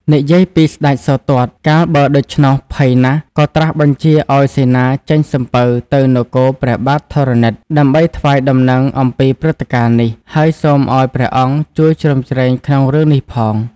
និយាយពីស្តេចសោទត្ត កាលបើដូច្នោះភ័យណាស់ក៏ត្រាស់បញ្ជាឲ្យសេនាចេញសំពៅទៅនគរព្រះបាទធរណិត ដើម្បីថ្វាយដំណឹងអំពីព្រឹត្តិការណ៍នេះ ហើយសូមឲ្យព្រះអង្គជួយជ្រោមជ្រែងក្នុងរឿងនេះផង។